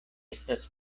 estas